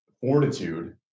fortitude